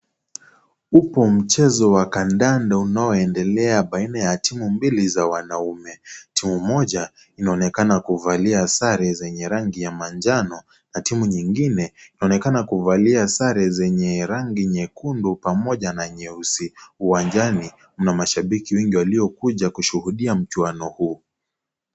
Upo mchezo wa kandanda unaoendelea baina ya timu mbili za wanaume. Timu moja inaonekana kuvalia sare zenye rangi ya manjano, na timu nyingine inaonekana kuvalia sare zenye rangi nyekundu pamoja na nyeusi. Uwanjani kuna mashabiki wengi waliokuja kushuhudia mchuano huu.